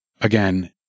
again